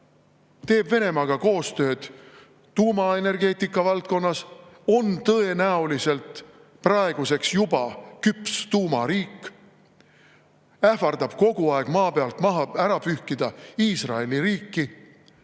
teeb Venemaaga koostööd tuumaenergeetika valdkonnas, on tõenäoliselt praeguseks juba küps tuumariik ja ähvardab kogu aeg maa pealt pühkida Iisraeli riiki.